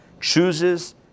chooses